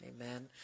Amen